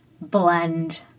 Blend